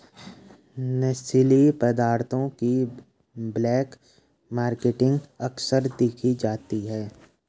नशीली पदार्थों की ब्लैक मार्केटिंग अक्सर देखी जाती है